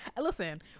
Listen